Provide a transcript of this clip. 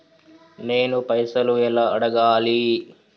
నేను పైసలు ఎలా అడగాలి?